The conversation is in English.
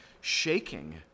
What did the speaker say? shaking